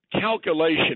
calculation